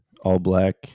all-black